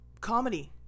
comedy